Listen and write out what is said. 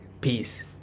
peace